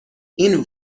این